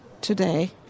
today